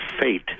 fate